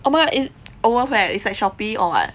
oh my god is worth eh is like Shopee or what